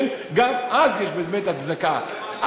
אז יש באמת הצדקה.